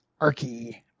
Arky